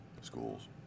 schools